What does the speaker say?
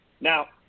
Now